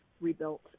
rebuilt